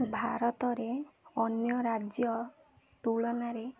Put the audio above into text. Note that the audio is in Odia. ଭାରତରେ ଅନ୍ୟ ରାଜ୍ୟ ତୁଳନାରେ